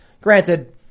Granted